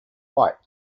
white